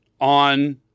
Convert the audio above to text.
on